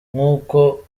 nk’uko